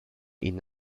ihnen